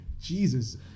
Jesus